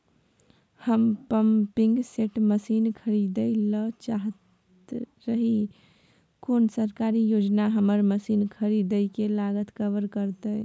हम pumping set machine खरीदैय ल चाहैत रही कोन सरकारी योजना हमर मसीन खरीदय के लागत कवर करतय?